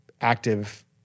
active